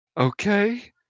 Okay